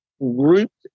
grouped